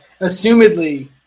assumedly